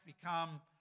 become